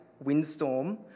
windstorm